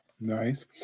Nice